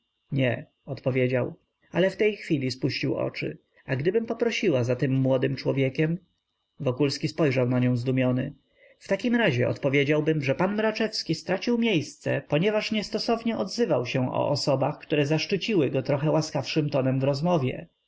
nie odpowiedział ale w tej chwili spuścił oczy a gdybym poprosiła za tym młodym człowiekiem wokulski spojrzał na nią zdumiony w takim razie odpowiedziałbym że pan mraczewski stracił miejsce ponieważ niestosownie odzywał się o osobach które zaszczyciły go trochę łaskawszym tonem w rozmowie